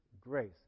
grace